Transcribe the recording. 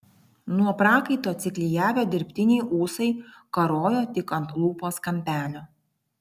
nuo prakaito atsiklijavę dirbtiniai ūsai karojo tik ant lūpos kampelio